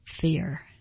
fear